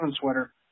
sweater